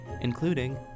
including